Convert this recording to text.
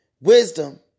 wisdom